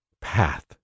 path